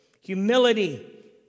Humility